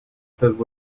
peuvent